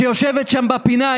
שיושבת שם בפינה,